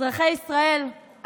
אזרחי ישראל,